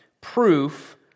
proof